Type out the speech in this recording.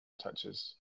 touches